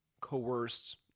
coerced